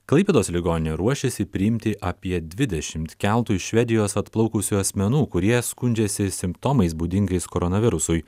klaipėdos ligoninė ruošiasi priimti apie dvidešimt keltu iš švedijos atplaukusių asmenų kurie skundžiasi simptomais būdingais koronavirusui